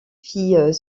fit